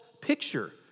picture